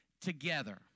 together